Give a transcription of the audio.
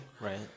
Right